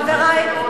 חברי חברי הכנסת,